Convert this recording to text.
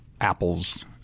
apples